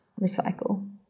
recycle